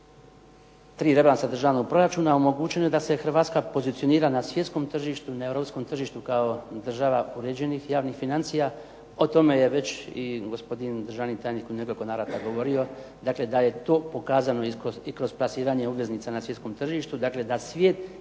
rebalansa državnog proračuna omogućeno je da se Hrvatska pozicionira na svjetskom tržištu, na europskom tržištu kao država uređenih javnih financija. O tome je već i gospodin državni tajnik u nekoliko navrata govorio, dakle da je to pokazano i kroz plasiranje obveznica na svjetskom tržištu. Dakle, da svijet vjeruje Hrvatskoj,